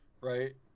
right